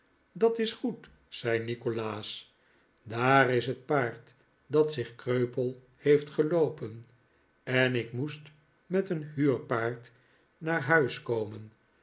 dat is goed zei nikolaas daar is het paard dat zich kreupel heeft geloopen en ik moest met een huurpaard naar huis komen